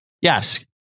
Yes